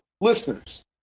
listeners